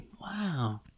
Wow